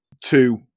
two